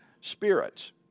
spirits